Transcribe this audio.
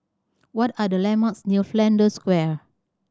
what are the landmarks near Flanders Square